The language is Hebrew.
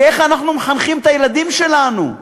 איך אנחנו מחנכים את הילדים שלנו,